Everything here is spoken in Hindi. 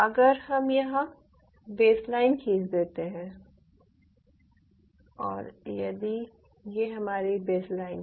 अगर हम यहाँ बेसलाइन खींच देते हैं और यदि ये हमारी बेसलाइन है